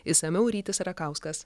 išsamiau rytis rakauskas